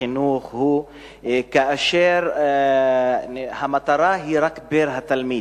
החינוך היא כאשר המטרה היא רק פר-תלמיד,